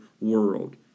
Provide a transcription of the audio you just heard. world